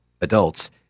adults